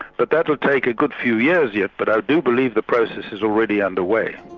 but that will take a good few years yet, but i do believe the process is already under way.